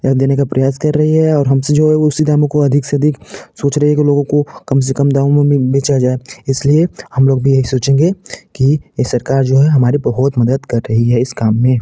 या देने का प्रयास कर रही है और हमसे जो है उसी दामों को अधिक से अधिक सोच रही है कि लोगों को कम से कम दामों में में बेचा जाए इसलिए हम लोग भी यही सोचेंगे की सरकार जो है हमारे बहुत मदद कर रही है इस काम में